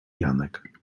janek